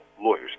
Lawyers